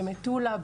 במטולה,